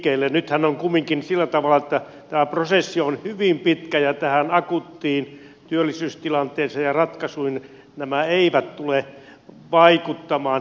nythän on kumminkin sillä tavalla että tämä prosessi on hyvin pitkä ja tähän akuuttiin työllisyystilanteeseen ja näihin ratkaisuihin nämä eivät tule vaikuttamaan